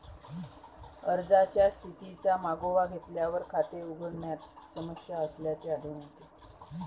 अर्जाच्या स्थितीचा मागोवा घेतल्यावर, खाते उघडण्यात समस्या असल्याचे आढळून येते